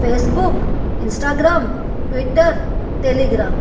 Facebook Instagram twitter telegram